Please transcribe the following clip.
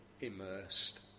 immersed